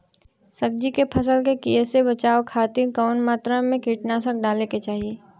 सब्जी के फसल के कियेसे बचाव खातिन कवन मात्रा में कीटनाशक डाले के चाही?